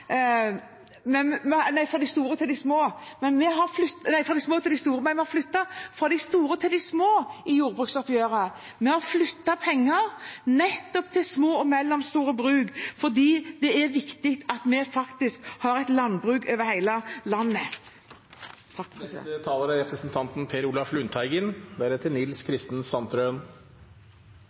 men det er kjempeviktig at vi legger til rette for det. Jeg tror Karin Andersen sa litt feil, for hun sa at vi flytter fra de små til de store – vi har flyttet fra de store til de små i jordbruksoppgjøret. Vi har flyttet penger nettopp til små og mellomstore bruk fordi det er viktig at vi faktisk har et landbruk over hele landet. Fisk er